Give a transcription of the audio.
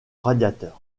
radiateur